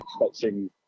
expecting